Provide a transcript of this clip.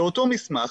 באותו מסמך